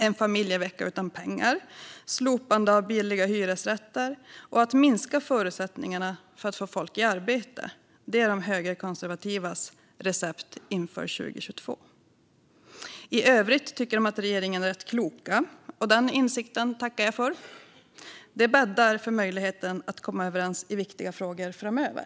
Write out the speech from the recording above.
En familjevecka utan pengar, slopande av billigare hyresrätter och att minska förutsättningarna för att få folk i arbete är de högerkonservativas recept inför 2022. I övrigt tycker de att regeringen är rätt klok, och den insikten tackar jag för. Det bäddar för möjligheten att komma överens i viktiga frågor framöver.